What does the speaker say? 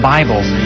Bibles